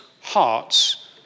hearts